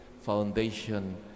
foundation